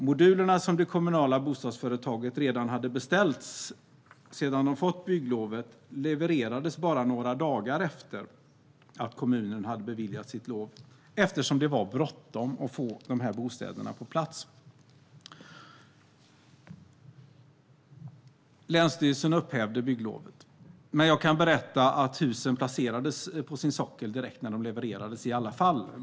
Modulerna, som det kommunala bostadsföretaget hade beställt redan när de hade fått bygglovet, levererades bara några dagar efter det att kommunen hade beviljat bygglov, eftersom det var bråttom att få bostäderna på plats. Länsstyrelsen upphävde bygglovet. Men jag kan berätta att husen i alla fall placerades på sin sockel direkt när de levererades.